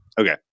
Okay